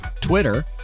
Twitter